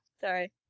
Sorry